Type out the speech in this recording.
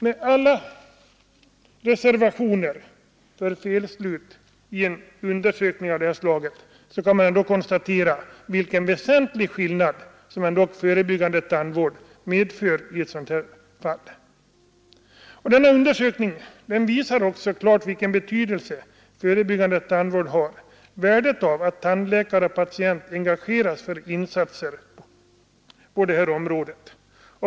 Med alla reservationer för felaktiga slutsatser i en undersökning av det här slaget kan man ändå konstatera vilken väsentlig betydelse förebyggande tandvård har. Denna undersökning visar också klart värdet av att tandläkare och patient engageras för insatser på det här området.